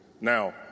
Now